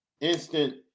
instant